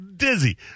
dizzy